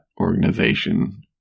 organization